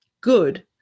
good